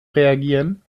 reagieren